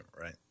right